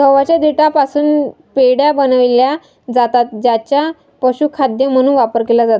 गव्हाच्या देठापासून पेंढ्या बनविल्या जातात ज्यांचा पशुखाद्य म्हणून वापर केला जातो